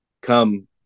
come